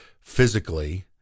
physically